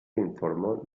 informó